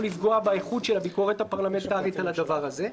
לפגוע באיכות של הביקורת הפרלמנטרית על הדבר הזה.